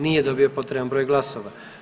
Nije dobio potreban broj glasova.